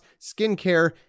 skincare